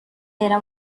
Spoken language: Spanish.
era